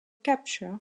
capture